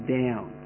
down